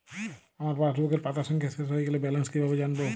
আমার পাসবুকের পাতা সংখ্যা শেষ হয়ে গেলে ব্যালেন্স কীভাবে জানব?